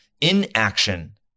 inaction